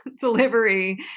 delivery